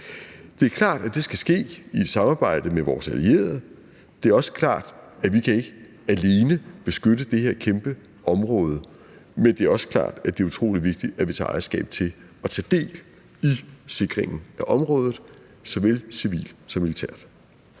Det er klart, at det skal ske i et samarbejde med vores allierede. Det er også klart, at vi ikke alene kan beskytte det her kæmpe område, men det er også klart, at det er utrolig vigtigt, at vi tager ejerskab til at tage del i sikringen af området såvel civilt som militært.